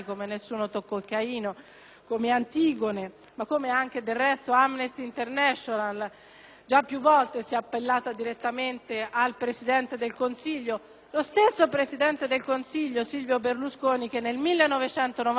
si è più volte appellata direttamente al Presidente del Consiglio, quello stesso presidente del Consiglio, Silvio Berlusconi, che nel 1994 si appellò perché in Italia fosse introdotto il reato di tortura.